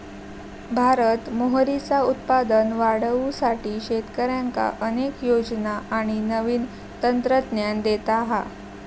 भारत मोहरीचा उत्पादन वाढवुसाठी शेतकऱ्यांका अनेक योजना आणि नवीन तंत्रज्ञान देता हा